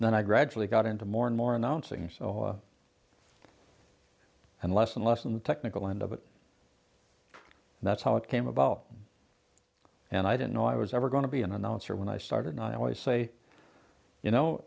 and then i gradually got into more and more announcing so and less and less in the technical end of it and that's how it came about and i didn't know i was ever going to be an announcer when i started i always say you know